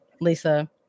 Lisa